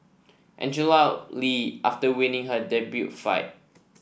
Angela Lee after winning her debut fight